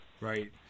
Right